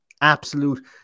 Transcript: absolute